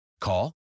Call